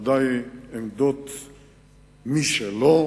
בוודאי עמדות משלו,